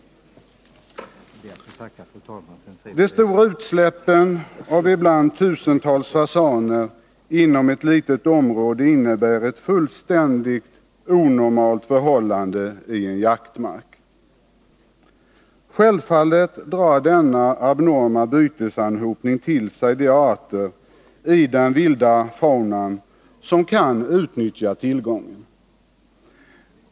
De stora utsläppen av ibland tusentals fasaner inom ett litet område innebär ett fullständigt onaturligt förhållande i en jaktmark. Självfallet drar denna abnorma bytesanhopning till sig de arter i den vilda faunan som kan utnyttja tillgången.